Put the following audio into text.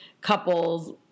couples